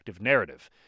narrative